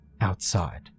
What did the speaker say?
outside